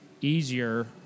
easier